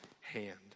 hand